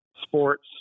sports